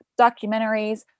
documentaries